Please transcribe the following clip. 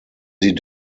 sie